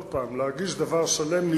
שוב, להגיש דבר שלם.